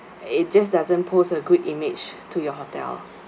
it just doesn't pose a good image to your image